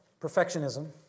Perfectionism